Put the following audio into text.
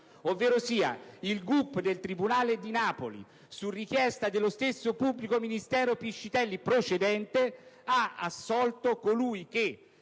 all'Aula: il GUP del tribunale di Napoli, su richiesta dello stesso pubblico ministero Piscitelli procedente, ha assolto colui che